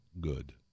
good